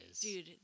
Dude